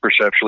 perceptually